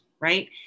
right